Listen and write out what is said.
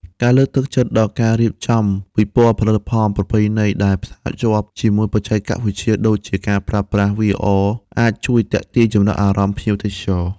ការលើកទឹកចិត្តដល់ការរៀបចំពិព័រណ៍ផលិតផលប្រពៃណីដែលផ្សារភ្ជាប់ជាមួយបច្ចេកវិទ្យាទំនើបដូចជាការប្រើប្រាស់ VR អាចជួយទាក់ទាញចំណាប់អារម្មណ៍ភ្ញៀវទេសចរ។